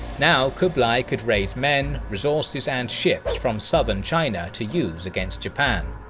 now kublai could raise men, resources and ships from southern china to use against japan.